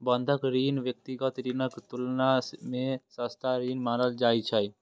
बंधक ऋण व्यक्तिगत ऋणक तुलना मे सस्ता ऋण मानल जाइ छै